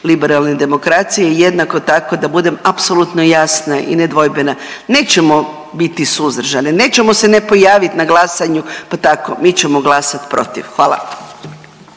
liberalnoj demokraciji jednako tako da budem apsolutno jasna i nedvojbena nećemo biti suzdržani, nećemo se ne pojavit na glasanju pa tako, mi ćemo glasati protiv. Hvala.